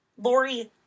Lori